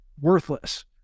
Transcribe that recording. worthless